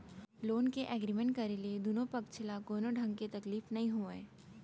loan के agreement करे ले दुनो पक्छ ल कोनो ढंग ले तकलीफ नइ होवय